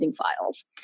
files